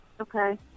Okay